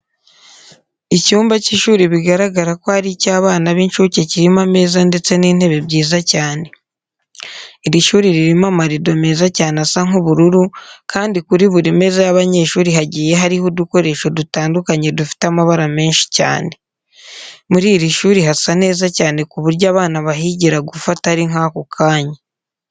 Icyumba cy'ishuri bigaragara ko ari icy'abana b'inshuke kirimo ameza ndetse n'intebe byiza cyane. Iri shuri ririmo amarido meza cyane asa nk'ubururu kandi kuri buri meza y'abanyeshuri hagiye hariho udukoresho dutandukanye dufite amabara menshi cyane. Muri iri shuri hasa neza cyane ku buyo abana bahigira gufata ari nk'ako kanya.